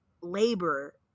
labor